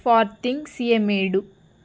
farthings సీఏమేడు